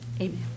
Amen